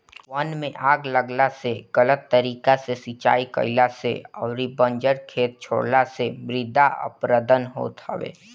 वन में आग लागला से, गलत तरीका से सिंचाई कईला से अउरी बंजर खेत छोड़ला से मृदा अपरदन होत हवे